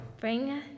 Bring